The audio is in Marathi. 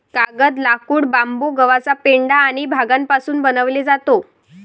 कागद, लाकूड, बांबू, गव्हाचा पेंढा आणि भांगापासून बनवले जातो